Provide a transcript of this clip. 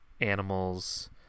animals